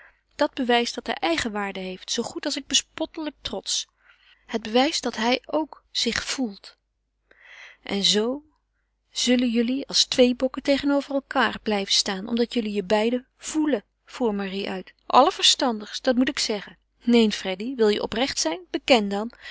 dat bewijst dat hij eigenwaarde heeft zoo goed als ik bespottelijken trots het bewijst dat hij ook zich voelt en zoo zullen jullie als twee bokken tegenover elkaâr blijven staan omdat jullie je beiden voelen voer marie uit allerverstandigst dat moet ik zeggen neen freddy wil je oprecht zijn beken dan